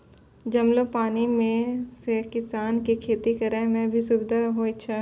जमलो पानी से किसान के खेती करै मे भी सुबिधा होय छै